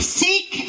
seek